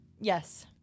Yes